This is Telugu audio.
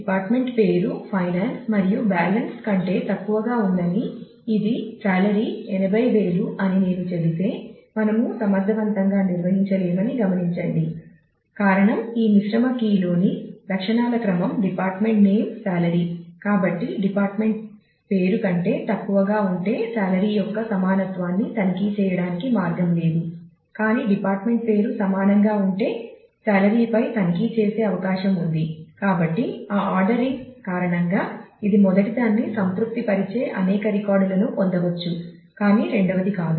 డిపార్ట్మెంట్ పేరు ఫైనాన్స్ మరియు బ్యాలెన్స్ కారణంగా ఇది మొదటిదాన్ని సంతృప్తిపరిచే అనేక రికార్డులను పొందవచ్చు కాని రెండవది కాదు